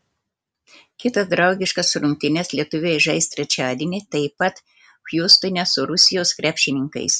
kitas draugiškas rungtynes lietuviai žais trečiadienį taip pat hjustone su rusijos krepšininkais